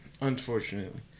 unfortunately